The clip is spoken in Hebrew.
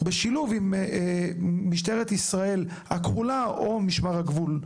בשילוב עם משטרת ישראל הכחולה או משמר הגבול,